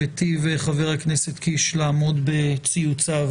היטיב חבר הכנסת קיש לעמוד בציוציו